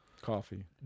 Coffee